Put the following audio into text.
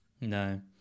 No